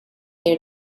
their